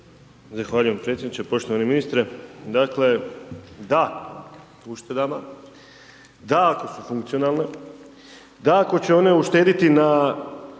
Zahvaljujem predsjedniče, poštovani ministre, dakle da uštedama, da ako su funkcionalne, da ako će one uštedjeti na